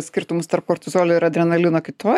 skirtumus tarp kortizolio ir adrenalino kitoj